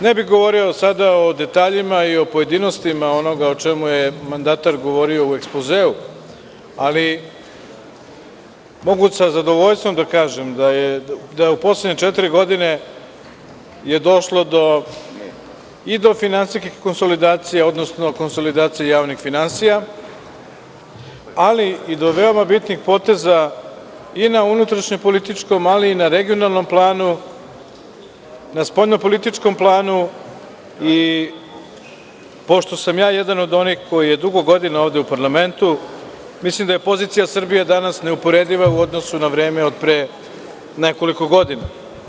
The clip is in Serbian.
Ne bih govorio sada o detaljima i o pojedinostima onoga o čemu je mandatar govorio u ekspozeu, ali mogu sa zadovoljstvom da kažem da je u poslednje četiri godine došlo i do finansijskih konsolidacija, odnosno konsolidacija javnih finansija, ali i do veoma bitnih poteza i na unutrašnjem političkom ali i na regionalnom planu, na spoljnopolitičkom planu i pošto sam ja jedan od onih koji je dugo godina ovde u parlamentu, mislim da je pozicija Srbije danas neuporediva u odnosu na vreme od pre nekoliko godina.